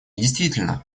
действительно